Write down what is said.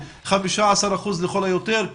15% לכל היותר,